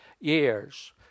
years